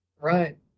Right